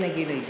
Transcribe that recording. הנה גילה הגיעה.